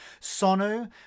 Sonu